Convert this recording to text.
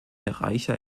reicher